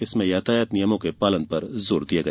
इसमें यातायात नियमों के पालन पर जो दिया गया